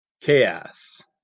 Chaos